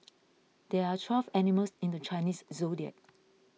there are twelve animals in the Chinese zodiac